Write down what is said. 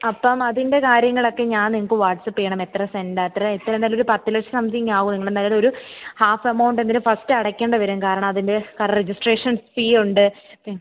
അപ്പം അതിൻ്റെ കാര്യങ്ങളൊക്കെ ഞാൻ നിങ്ങൾക്ക് വാട്ട്സാപ്പ് ചെയ്യണം എത്ര സെൻറ് ആണ് എത്ര എന്തായാലും ഒരു പത്ത് ലക്ഷം സംതിങ്ങ് ആവും നിങ്ങൾ എന്തായാലും ഒരു ഹാഫ് എമൗണ്ട് എങ്കിലും ഫസ്റ്റ് അടയ്ക്കേണ്ടി വരും കാരണം അതിൻ്റെ ആ രജിസ്ട്രേഷൻ ഫീ ഉണ്ട്